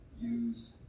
use